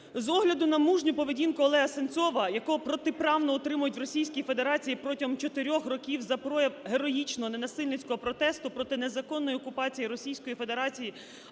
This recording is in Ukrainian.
З огляду на мужню поведінку Олега Сенцова, якого протиправно утримують в Російській Федерації протягом 4 років за прояв героїчного ненасильницького протесту проти незаконної окупації Російською Федерацією